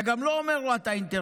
אתה גם לא אומר לו: אתה אינטרסנט,